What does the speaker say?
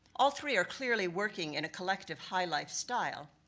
all three are clearly working in a collective high life style,